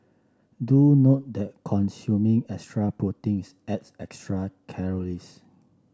do note that consuming extra proteins adds extra calories